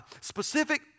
specific